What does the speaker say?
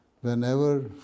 whenever